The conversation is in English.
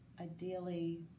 ideally